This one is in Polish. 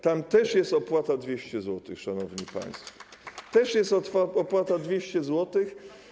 Tam też jest opłata 200 zł, szanowni państwo, też jest opłata 200 zł.